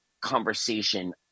conversation